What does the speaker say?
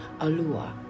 Alua